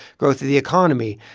growth of the economy,